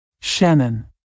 Shannon